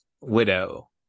Widow